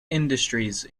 industries